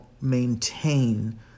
maintain